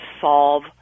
solve